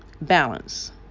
balance